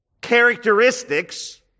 characteristics